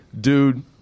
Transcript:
dude